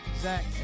Zach